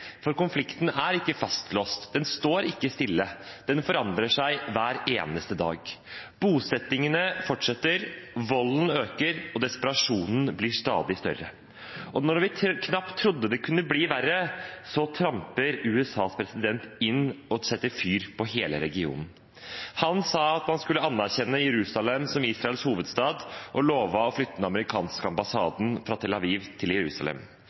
For konflikten er ikke fastlåst, den står ikke stille, den forandrer seg hver eneste dag. Bosettingene fortsetter, volden øker, og desperasjonen blir stadig større. Og når vi knapt trodde det kunne bli verre, tramper USAs president inn og setter fyr på hele regionen. Han sa at man skulle anerkjenne Jerusalem som Israels hovedstad og lovet å flytte den amerikanske ambassaden fra Tel Aviv til